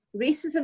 racism